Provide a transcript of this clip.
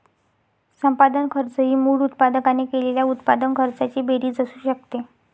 संपादन खर्च ही मूळ उत्पादकाने केलेल्या उत्पादन खर्चाची बेरीज असू शकते